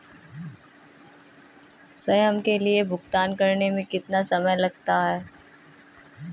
स्वयं के लिए भुगतान करने में कितना समय लगता है?